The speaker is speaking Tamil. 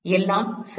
எல்லாம் சரி